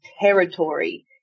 territory